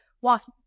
whilst